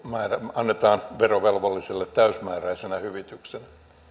annetaan verovelvolliselle täysimääräisenä hyvityksenä